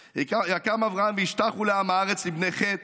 ויקם אברהם וישטחו לעם הארץ לבני חת